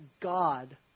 God